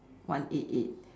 one eight eight